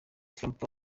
trump